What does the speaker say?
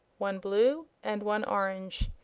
one blue and one orange.